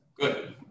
Good